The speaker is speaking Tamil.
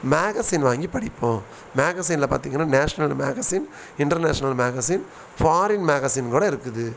மேகஸின் வாங்கி படிப்போம் மேகஸினில் பார்த்தீங்கன்னா national magazine international magazine foreign magazine கூட இருக்குது